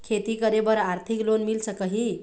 खेती करे बर आरथिक लोन मिल सकही?